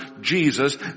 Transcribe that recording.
Jesus